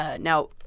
now